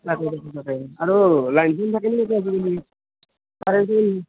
আৰু